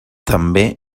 també